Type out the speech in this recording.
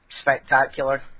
spectacular